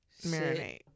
marinate